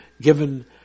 given